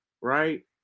right